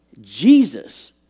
Jesus